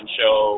show